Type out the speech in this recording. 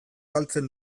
galtzen